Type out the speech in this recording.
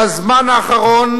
בזמן האחרון